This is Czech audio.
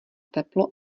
teplo